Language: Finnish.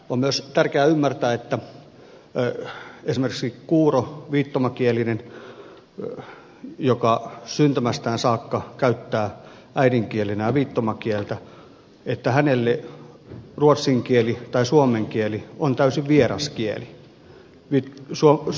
on myös tärkeää ymmärtää että esimerkiksi kuurolle viittomakieliselle joka syntymästään saakka käyttää äidinkielenään viittomakieltä ruotsin kieli tai suomen kieli on täysin vieras kieli